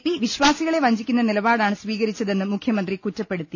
P വിശ്വാസികളെ വഞ്ചിക്കുന്ന നിലപാടാണ് സ്വീകരിച്ചതെന്നും മുഖ്യ മന്ത്രി കുറ്റപ്പെടുത്തി